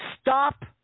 Stop